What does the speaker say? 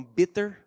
bitter